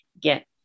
get